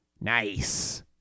Nice